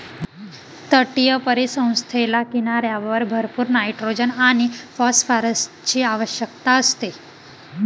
तटीय परिसंस्थेला किनाऱ्यावर भरपूर नायट्रोजन आणि फॉस्फरसची आवश्यकता असते